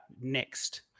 next